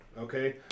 Okay